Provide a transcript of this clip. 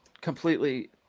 completely